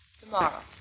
Tomorrow